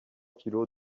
kilos